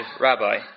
Rabbi